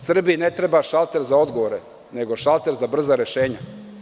Srbiji ne treba šalter za brze odgovore nego šalter za brza rešenja.